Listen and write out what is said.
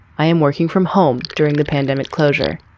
i am working from home during the pandemic closure.